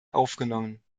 aufgenommen